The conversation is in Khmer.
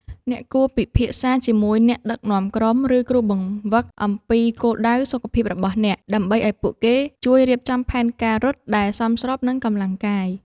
អ្នកគួរពិភាក្សាជាមួយអ្នកដឹកនាំក្រុម ឬគ្រូបង្វឹកអំពីគោលដៅសុខភាពរបស់អ្នក ដើម្បីឱ្យពួកគេជួយរៀបចំផែនការរត់ដែលសមស្របនឹងកម្លាំងកាយ។